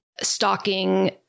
stalking